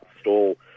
stall